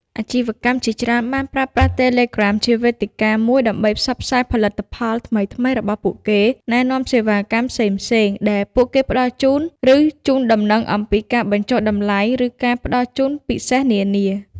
អាជីវកម្មជាច្រើនបានប្រើប្រាស់ Telegram ជាវេទិកាមួយដើម្បី ផ្សព្វផ្សាយផលិតផល ថ្មីៗរបស់ពួកគេ ណែនាំ សេវាកម្ម ផ្សេងៗដែលពួកគេផ្តល់ជូន ឬជូនដំណឹងអំពី ការបញ្ចុះតម្លៃ ឬការផ្តល់ជូនពិសេសនានា។